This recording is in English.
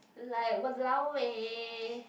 like walao eh